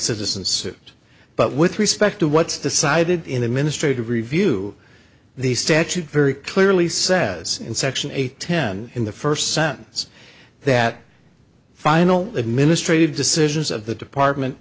citizen's suit but with respect to what's decided in the ministry to review the statute very clearly says in section eight ten in the first sentence that final administrative decisions of the department